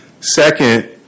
Second